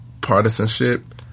partisanship